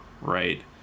right